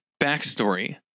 backstory